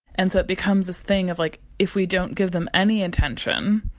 and so it becomes a thing of like if we don't give them any attention,